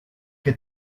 que